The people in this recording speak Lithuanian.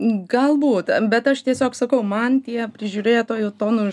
galbūt bet aš tiesiog sakau man tie prižiūrėtojo tonu už